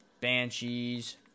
banshees